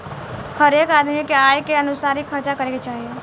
हरेक आदमी के आय के अनुसार ही खर्चा करे के चाही